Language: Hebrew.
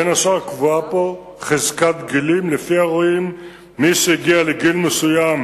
ובין השאר קבועה בו חזקת גילים שלפיה רואים מי שהגיע לגיל מסוים